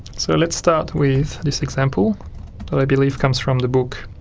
so let's start with this example that i believe comes from the book